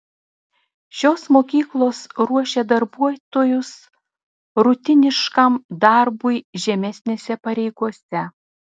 šios mokyklos ruošia darbuotojus rutiniškam darbui žemesnėse pareigose